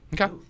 Okay